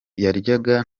yaryaga